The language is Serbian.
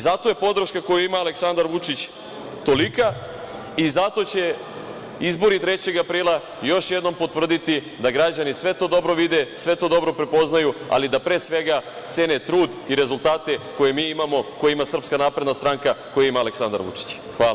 Zato je podrška koju ima Aleksandar Vučić tolika i zato će izbori 3. aprila još jednom potvrditi da građani sve to dobro vide, sve to dobro prepoznaju, ali da pre svega cene trud i rezultate koje mi imamo, koje ima SNS, koje ima Aleksandar Vučić.